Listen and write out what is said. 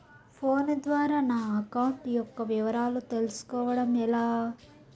Phone ద్వారా నా account యొక్క వివరాలు తెలుస్కోవడం ఎలా?